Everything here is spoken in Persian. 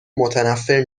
متنفر